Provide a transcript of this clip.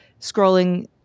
scrolling